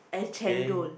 okay